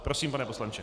Prosím, pane poslanče.